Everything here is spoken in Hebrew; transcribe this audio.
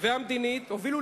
והמדינית הובילו,